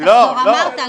אמרת,